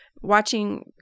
Watching